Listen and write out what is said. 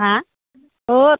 हा होत